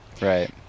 Right